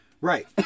Right